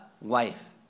wife